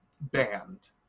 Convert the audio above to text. band